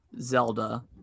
Zelda